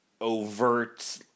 overt